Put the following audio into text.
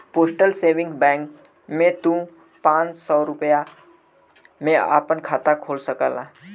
postal saving bank में तू पांच सौ रूपया में आपन खाता खोल सकला